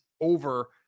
over